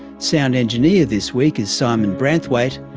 sound engineer this week is simon branthwaite,